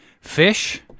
Fish